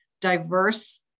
diverse